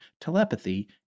telepathy